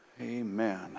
Amen